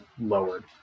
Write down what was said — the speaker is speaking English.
lowered